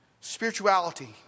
Spirituality